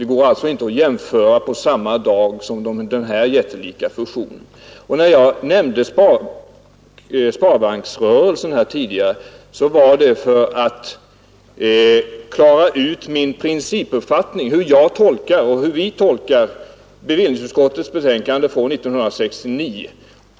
Det går inte att jämföra dem med denna jättefusion. När jag nämnde sparbanksrörelsen tidigare var det för att klara ut min principiella uppfattning, hur vi tolkar bevillningsutskottets betänkande från 1969.